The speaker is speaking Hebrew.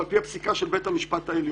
ועל פי הפסיקה של בית המשפט העליון.